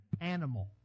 animal